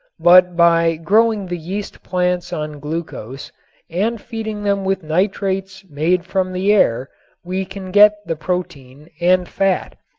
but by growing the yeast plants on glucose and feeding them with nitrates made from the air we can get the protein and fat.